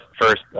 first